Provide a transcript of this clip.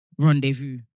rendezvous